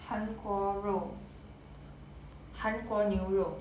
韩国肉韩国牛肉